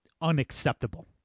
unacceptable